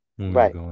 right